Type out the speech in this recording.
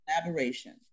collaboration